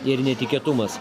ir netikėtumas